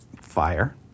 Fire